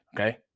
okay